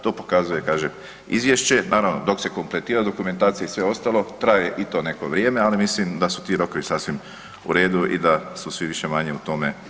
To pokazuje kažem izvješće naravno dok se kompletira dokumentacija i sve ostalo traje i to neko vrijeme, ali mislim da su ti rokovi sasvim u redu i da su svi više-manje u tome zadovoljni.